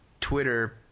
Twitter